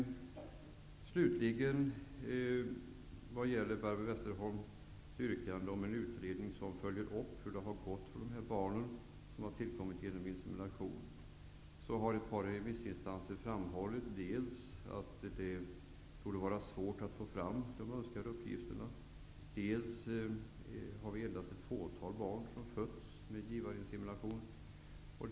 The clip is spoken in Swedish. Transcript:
Slutligen, när det gäller Barbro Westerholms yrkande om en utredning som följer upp hur det har gått för de barn som tillkommit genom insemination, har ett par remissinstanser framhållit dels att det torde vara svårt att få fram de önskade uppgifterna, dels att endast ett fåtal barn har fötts efter givarinsemination.